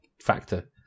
factor